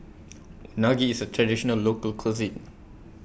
Unagi IS A Traditional Local Cuisine